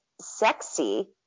sexy